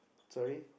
sorry